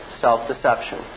self-deception